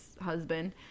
husband